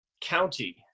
county